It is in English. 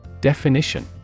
Definition